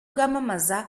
bwamamaza